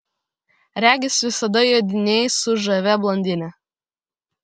regis visada jodinėji su žavia blondine